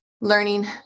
Learning